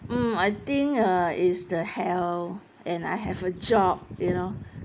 um I think uh it's the health and I have a job you know